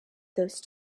those